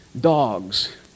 dogs